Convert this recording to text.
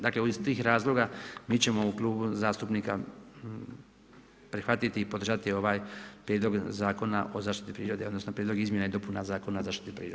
Dakle iz tih razloga mi ćemo u Klubu zastupnika prihvatiti i podržati ovaj Prijedlog zakona o zaštiti prirode, odnosno Prijedlog izmjena i dopuna Zakona o zaštiti prirode.